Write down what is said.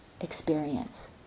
experience